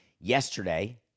Yesterday